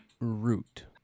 root